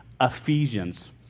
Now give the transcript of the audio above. Ephesians